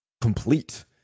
complete